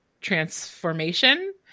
transformation